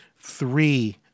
three